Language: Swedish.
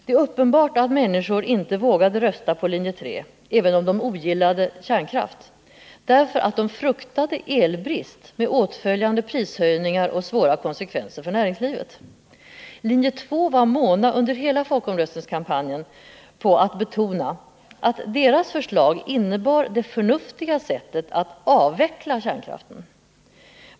Det är uppenbart att människor inte vågade rösta på linje 3, även om de ogillade kärnkraft, därför att de fruktade elbrist med åtföljande prishöjningar och svåra konsekvenser för näringslivet. Linje 2 var under hela folkomröstningskampanjen mån om att betona att dess förslag innebar det förnuftiga sättet att avveckla kärnkraften.